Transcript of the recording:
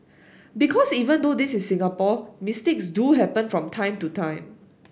because even though this is Singapore mistakes do happen from time to time